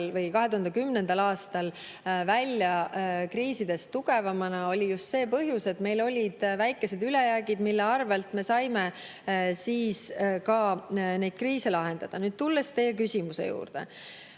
või 2010. aastal välja kriisidest tugevamana? Põhjus oli just see, et meil olid väikesed ülejäägid, mille arvel me saime neid kriise lahendada. Tulen nüüd teie küsimuse juurde.